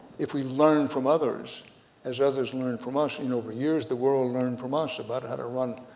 if we learn from others as others learn from us and over years the world learn from us about how to run